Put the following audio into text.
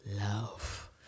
love